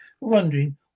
wondering